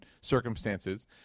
circumstances